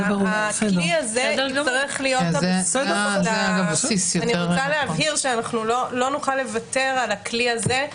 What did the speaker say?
הכלי הזה יצטרך לא נוכל לוותר על הכלי הזה.